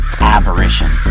apparition